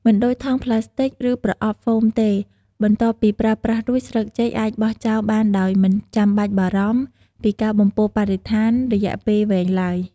មិនដូចថង់ប្លាស្ទិក ឬប្រអប់ហ្វូមទេ បន្ទាប់ពីប្រើប្រាស់រួច ស្លឹកចេកអាច បោះចោលបានដោយមិនចាំបាច់បារម្ភ ពីការបំពុលបរិស្ថានរយៈពេលវែងឡើយ។